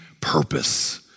purpose